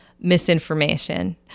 misinformation